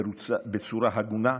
בצורה הגונה,